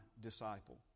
disciple